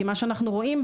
כי מה שאנחנו רואים,